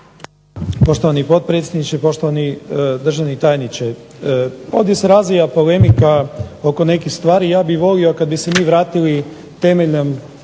Poštovani potpredsjedniče, poštovani državni tajniče. Pa ovdje se razvija polemika oko nekih stvari, ja bih volio kad bi se mi vratili temeljem